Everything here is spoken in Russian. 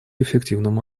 эффективному